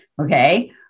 Okay